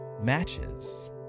matches